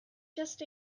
just